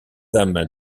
âmes